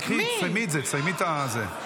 אבל תסיימי את זה.